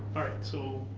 alright so.